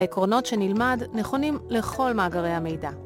עקרונות שנלמד נכונים לכל מאגרי המידע.